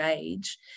age